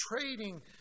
trading